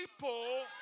people